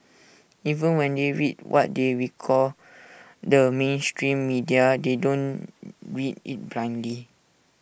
even when they read what they recall the mainstream media they don't read IT blindly